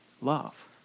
love